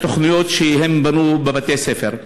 ואת התוכניות שהם בנו בבתי-הספר.